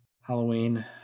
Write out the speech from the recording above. Halloween